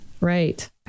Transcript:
Right